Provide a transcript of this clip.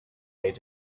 made